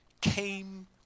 came